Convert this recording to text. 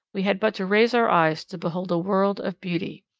we had but to raise our eyes to behold a world of beauty.